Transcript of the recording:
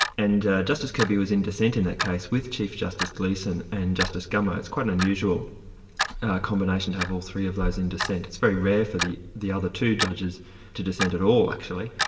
and justice kirby was in dissent in that case with chief justice gleeson and justice gummow it's quite an unusual combination to have all three of those in dissent. it's very rare for the the other two judges to dissent at all actually.